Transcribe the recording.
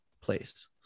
place